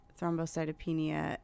thrombocytopenia